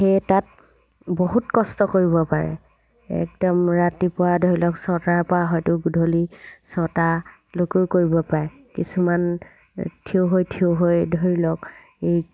সেয়ে তাত বহুত কষ্ট কৰিব পাৰে একদম ৰাতিপুৱা ধৰি লওক ছটাৰ পৰা হয়তো গধূলি ছটালৈকেও কৰিব পাৰে কিছুমান থিয় হৈ থিয় হৈ ধৰি লওক এই